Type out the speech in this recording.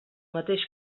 mateix